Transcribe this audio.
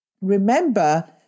Remember